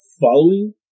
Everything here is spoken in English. following